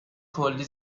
کلی